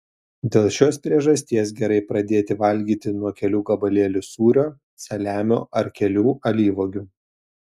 dėl šios priežasties gerai pradėti valgyti nuo kelių gabalėlių sūrio saliamio ar kelių alyvuogių